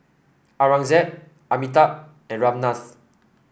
Aurangzeb Amitabh and Ramnath